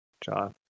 John